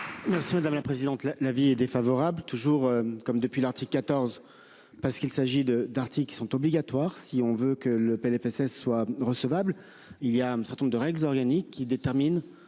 Merci madame la présidente, là l'avis est défavorable, toujours comme depuis l'article 14. Parce qu'il s'agit de d'articles qui sont obligatoires, si on veut que le PLFSS soit recevable, il y a un certain nombre de règles organique qui détermine